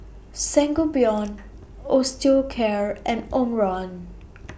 Sangobion Osteocare and Omron